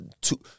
two